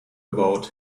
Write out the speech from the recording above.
about